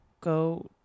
go